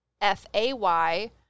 F-A-Y